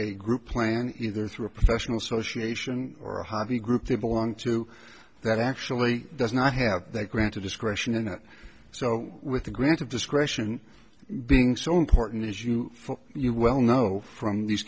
a group plan either through a professional association or a hobby group they belong to that actually does not have that granted discretion and so with the grant of discretion being so important as you for you well know from these